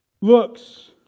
looks